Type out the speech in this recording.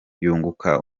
yunguka